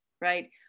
right